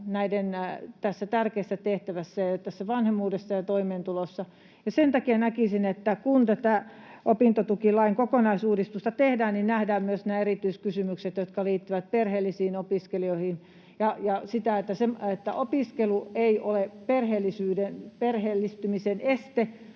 tässä tärkeässä tehtävässä, vanhemmuudessa, ja toimeentulossa. Sen takia näkisin, että kun tätä opintotukilain kokonaisuudistusta tehdään, niin nähdään myös nämä erityiskysymykset, jotka liittyvät perheellisiin opiskelijoihin, ja se, että opiskelu ei ole perheellistymisen este,